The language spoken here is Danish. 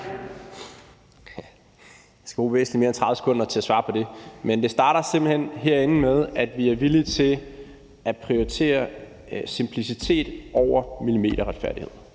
Jeg skal bruge væsentlig mere end 30 sekunder til at svare på det, men det starter simpelt hen herinde med, at vi er villige til at prioritere simplicitet over millimeterretfærdighed